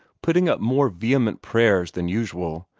putting up more vehement prayers than usual,